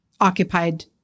occupied